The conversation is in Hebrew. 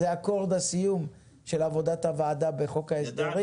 זה אקורד הסיום של עבודת הוועדה בחוק ההסדרים.